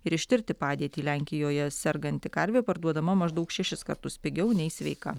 ir ištirti padėtį lenkijoje serganti karvė parduodama maždaug šešis kartus pigiau nei sveika